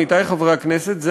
עמיתי חברי הכנסת,